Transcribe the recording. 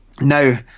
Now